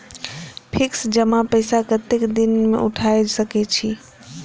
Fix जमा पैसा कतेक दिन में उठाई सके छी?